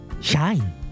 Shine